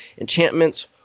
enchantments